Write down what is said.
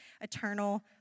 eternal